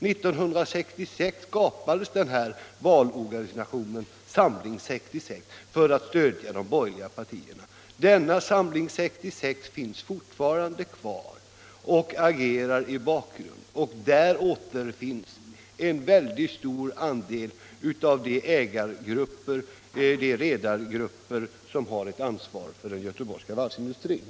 1966 skapades den här valorganisationen, Samling 66, för att stödja de borgerliga partierna. Denna Samling 66 finns fortfarande kvar och agerar i bakgrunden. Där återfinns en stor andel av de redargrupper som har ansvar för den göteborgska varvsindustrin.